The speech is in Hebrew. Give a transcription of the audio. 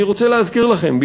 אני רוצה להזכיר לכם,